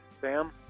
Sam